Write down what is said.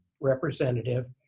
representative